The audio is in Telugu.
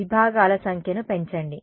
విభాగాల సంఖ్యను పెంచండి